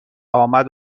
آمد